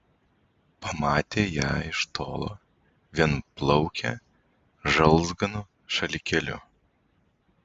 pamatė ją iš tolo vienplaukę žalzganu šalikėliu